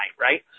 right